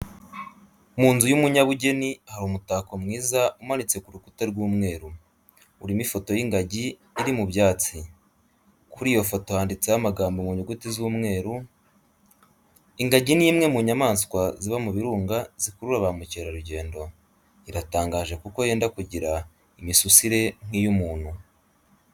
Mu nzu y'umunyabugeni hari umutako mwiza umanitse ku rukuta rw'umweru, urimo ifoto y'ingagi iri mu byatsi, kuri iyo foto handitseho amagambo mu nyuguti z'umweru. Ingagi ni imwe mu nyamaswa ziba mu birunga zikurura ba mukerarugendo, iratangaje kuko yenda kugira imisusire nk'iy'umuntu.